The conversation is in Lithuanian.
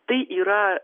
tai yra